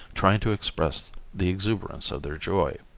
trying to express the exuberance of their joy.